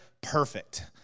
perfect